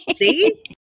see